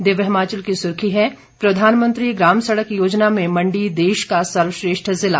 दिव्य हिमाचल की सुर्खी है प्रधानमंत्री ग्राम सड़क योजना में मंडी देश का सर्वश्रेष्ठ जिला